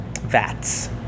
vats